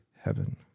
heaven